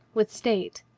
with state.